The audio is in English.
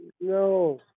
no